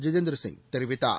ஜிதேந்திர சிங் தெரிவித்தார்